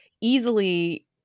easily